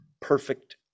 perfect